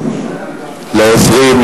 לעוזרים,